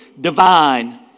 divine